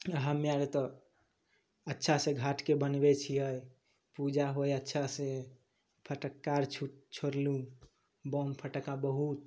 आओर हमे आर तऽ अच्छासे घाटके बनबै छिए पूजा होइ अच्छासे फटक्का आर छोड़लहुँ बम फटक्का बहुत